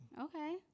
Okay